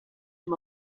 him